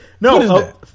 No